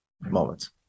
moments